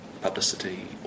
publicity